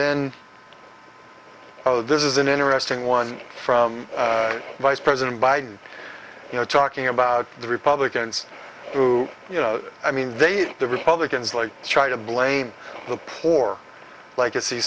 then oh this is an interesting one from vice president biden you know talking about the republicans do you know i mean they the republicans like try to blame the poor like